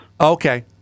Okay